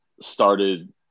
started